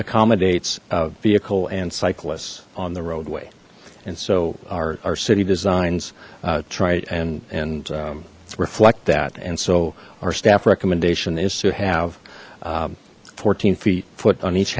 accommodates a vehicle and cyclists on the roadway and so our city designs try and and reflect that and so our staff recommendation is to have fourteen feet foot on each